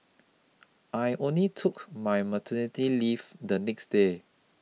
I only took my maternity leave the next day